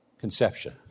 conception